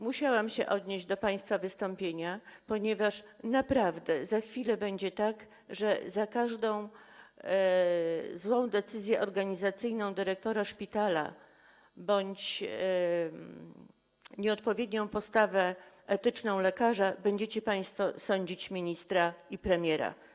Musiałam się odnieść do państwa wystąpienia, ponieważ naprawdę za chwilę będzie tak, że za każdą złą decyzję organizacyjną dyrektora szpitala bądź nieodpowiednią postawę etyczną lekarza będziecie państwo sądzić ministra i premiera.